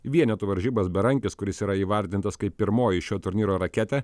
vienetų varžybas berankis kuris yra įvardintas kaip pirmoji šio turnyro raketė